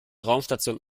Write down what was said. raumstation